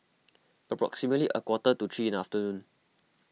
approximately a quarter to three in the afternoon